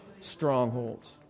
strongholds